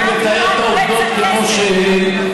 אני מתאר את העובדות כמו שהן.